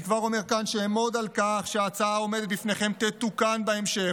אני כבר אומר כאן שאעמוד על כך שההצעה העומדת בפניכם תתוקן בהמשך,